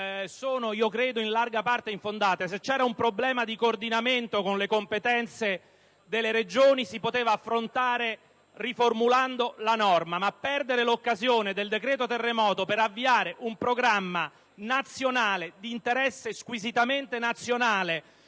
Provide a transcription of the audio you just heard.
sono - credo - in larga parte infondate. Se c'era un problema di coordinamento con le competenze delle Regioni, si poteva affrontare riformulando la norma. Ma perdere l'occasione del decreto terremoto per avviare un programma nazionale di interesse squisitamente nazionale